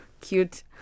cute